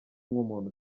nk’umuntu